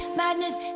madness